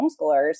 homeschoolers